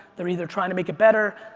they're either trying to make it better,